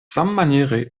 sammaniere